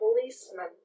policeman